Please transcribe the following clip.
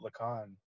Lacan